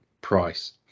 price